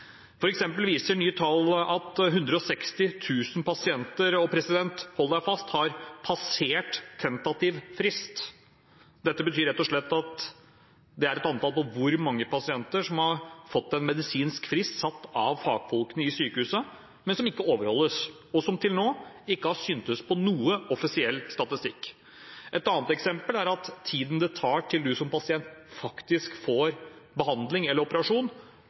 viser nye tall at 160 000 pasienter – og president, hold deg fast! – har passert tentativ frist. Dette betyr rett og slett at det er et antall på hvor mange pasienter som har fått en medisinsk frist satt av fagfolkene i sykehuset som ikke overholdes, og som til nå ikke har syntes på noen offisiell statistikk. Et annet eksempel er at tiden det tar til man som pasient faktisk får behandling eller operasjon,